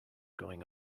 going